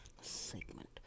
segment